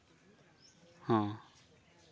ᱦᱮᱸ